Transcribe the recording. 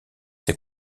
ses